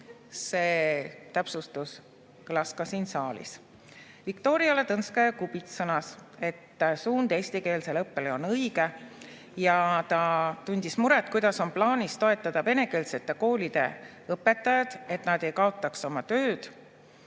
See täpsustus kõlas ka siin saalis. Viktoria Ladõnskaja-Kubits sõnas, et suund eestikeelsele õppele on õige, ja tundis muret, kuidas on plaanis toetada venekeelsete koolide õpetajaid, et nad ei kaotaks oma tööd,